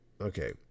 okay